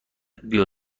بیا